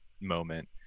moment